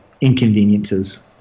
inconveniences